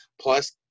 plus